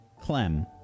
Clem